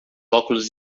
óculos